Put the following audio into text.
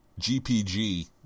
GPG